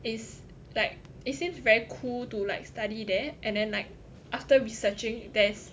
it's like it seems very cool to like study there and then like after researching there's